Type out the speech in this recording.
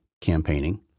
campaigning